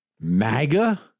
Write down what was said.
MAGA